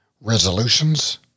Resolutions